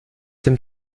dem